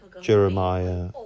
Jeremiah